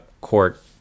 court